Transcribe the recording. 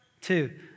Two